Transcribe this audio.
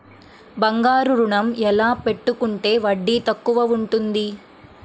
బంగారు ఋణం ఎలా పెట్టుకుంటే వడ్డీ తక్కువ ఉంటుంది?